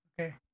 Okay